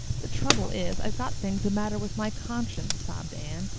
the trouble is, i've got things the matter with my conscience, sobbed anne.